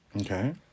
Okay